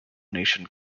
nation